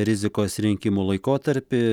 rizikos rinkimų laikotarpy